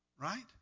right